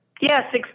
Yes